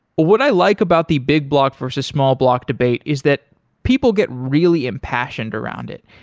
what i like about the big block versus small block debate is that people get really impassioned around it.